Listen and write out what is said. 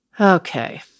Okay